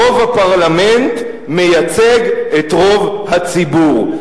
רוב הפרלמנט מייצג את רוב הציבור.